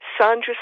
Sandra